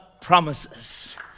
promises